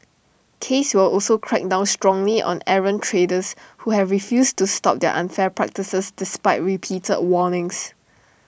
case will also crack down strongly on errant traders who have refused to stop their unfair practices despite repeated warnings